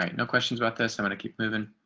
um no questions about this. i'm going to keep moving.